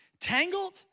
tangled